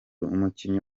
umukinnyi